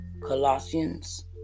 Colossians